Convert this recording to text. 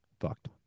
Fucked